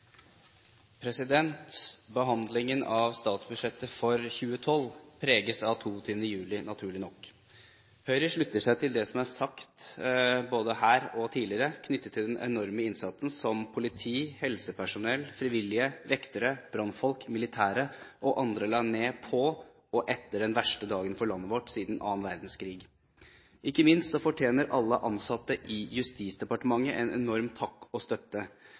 tidligere, knyttet til den enorme innsatsen som politi, helsepersonell, frivillige, vektere, brannfolk, militære og andre la ned på og etter den verste dagen for landet vårt siden annen verdenskrig. Ikke minst fortjener alle ansatte i Justisdepartementet en enorm takk og støtte.